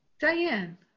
Diane